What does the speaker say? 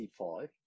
c5